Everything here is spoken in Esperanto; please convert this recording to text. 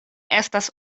estas